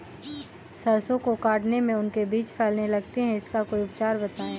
सरसो को काटने में उनके बीज फैलने लगते हैं इसका कोई उपचार बताएं?